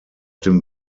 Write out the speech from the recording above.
dem